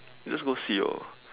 we just go see orh